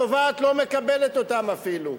התובעת לא מקבלת אותם אפילו.